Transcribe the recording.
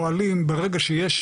פועלים ברגע שיש